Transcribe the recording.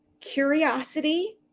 curiosity